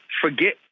forget